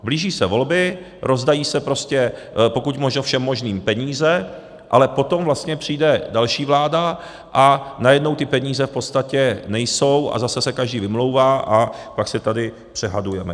Blíží se volby, rozdají se prostě pokud možno všem možným peníze, ale potom vlastně přijde další vláda, a najednou ty peníze v podstatě nejsou a zase se každý vymlouvá a pak se tady dohadujeme.